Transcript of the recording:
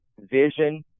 vision